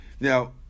Now